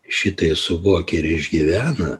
šitai suvokia ir išgyvena